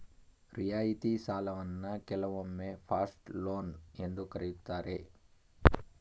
ರಿಯಾಯಿತಿ ಸಾಲವನ್ನ ಕೆಲವೊಮ್ಮೆ ಸಾಫ್ಟ್ ಲೋನ್ ಎಂದು ಕರೆಯುತ್ತಾರೆ